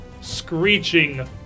screeching